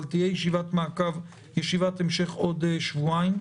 אבל תהיה ישיבת המשך מעקב בעוד שבועיים.